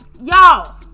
y'all